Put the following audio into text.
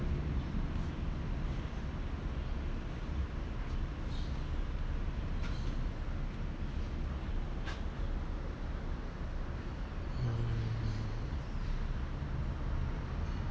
um